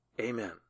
Amen